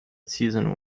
season